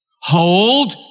hold